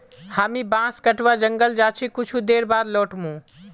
हामी बांस कटवा जंगल जा छि कुछू देर बाद लौट मु